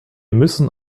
müssen